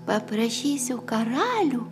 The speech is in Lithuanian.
paprašysiu karalių